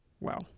Wow